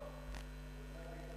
אבל את זה ראית בעיתון.